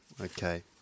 Okay